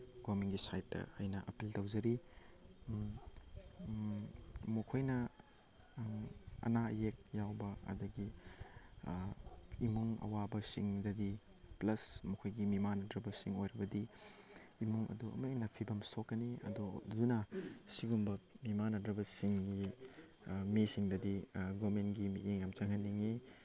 ꯒꯣꯔꯃꯦꯟꯒꯤ ꯁꯥꯏꯠꯇ ꯑꯩꯅ ꯑꯥꯄꯤꯜ ꯇꯧꯖꯔꯤ ꯃꯈꯣꯏꯅ ꯑꯅꯥ ꯑꯌꯦꯛ ꯌꯥꯎꯕ ꯑꯗꯒꯤ ꯏꯃꯨꯡ ꯑꯋꯥꯕꯁꯤꯡꯗꯒꯤ ꯄ꯭ꯂꯁ ꯃꯈꯣꯏꯒꯤ ꯃꯤꯃꯥꯟꯅꯗ꯭ꯔꯕꯁꯤꯡ ꯑꯣꯏꯔꯕꯗꯤ ꯏꯃꯨꯡ ꯑꯗꯨ ꯑꯃꯨꯛ ꯍꯦꯟꯅ ꯐꯤꯕꯝ ꯁꯣꯛꯀꯅꯤ ꯑꯗꯨ ꯑꯗꯨꯅ ꯁꯤꯒꯨꯝꯕ ꯃꯤꯃꯥꯟꯅꯗ꯭ꯔꯕꯁꯤꯡꯒꯤ ꯃꯤꯁꯤꯡꯗꯗꯤ ꯒꯣꯔꯃꯦꯟꯒꯤ ꯃꯤꯠꯌꯦꯡ ꯌꯥꯝ ꯆꯪꯍꯟꯅꯤꯡꯉꯤ